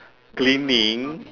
cleaning